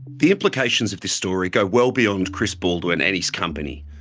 the implications of this story go well beyond chris baldwin and his company.